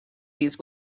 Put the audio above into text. these